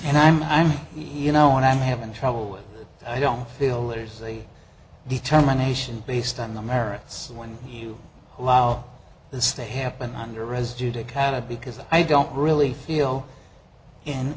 and i'm i'm you know when i'm having trouble i don't feel there's a determination based on the merits when you allow this to happen under residue to kind of because i don't really feel in